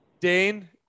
Dane